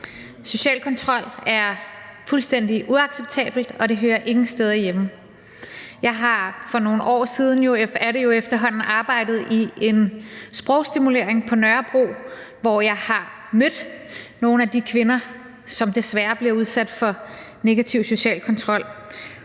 Social kontrol er fuldstændig uacceptabelt, og det hører ingen steder hjemme. Jeg har for nogle år siden – det er det jo efterhånden – arbejdet i en sprogstimulering på Nørrebro, hvor jeg har mødt nogle af de kvinder, som desværre bliver udsat for negativ social kontrol.